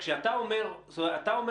אתה אומר שמבחינתך,